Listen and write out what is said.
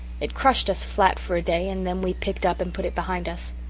it crushed us flat for a day and then we picked up and put it behind us.